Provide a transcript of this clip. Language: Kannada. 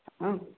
ಹಾಂ